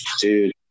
dude